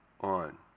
on